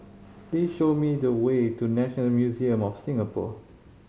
please show me the way to National Museum of Singapore